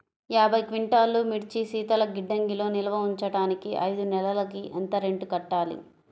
యాభై క్వింటాల్లు మిర్చి శీతల గిడ్డంగిలో నిల్వ ఉంచటానికి ఐదు నెలలకి ఎంత రెంట్ కట్టాలి?